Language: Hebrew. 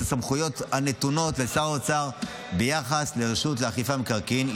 הסמכויות הנתונות לשר האוצר ביחס לפעילותה של הרשות לאכיפת מקרקעין.